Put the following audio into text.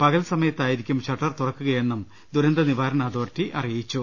പകൽസമയത്തായിരിക്കും shutter തുറക്കുകയെന്നും ദുരന്തനിവാരണ authority അറിയിച്ചു